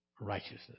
Righteousness